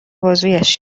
بازویش